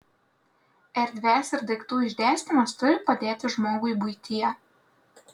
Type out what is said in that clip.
erdvės ir daiktų išdėstymas turi padėti žmogui buityje